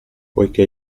poiché